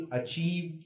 achieve